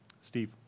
Steve